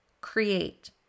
create